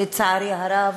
לצערי הרב,